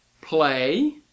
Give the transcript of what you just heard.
Play